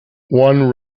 one